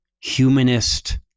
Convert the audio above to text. humanist